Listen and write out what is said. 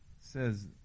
says